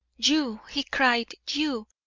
you! he cried, you!